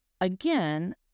again